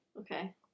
Okay